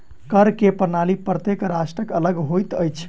कर के प्रणाली प्रत्येक राष्ट्रक अलग होइत अछि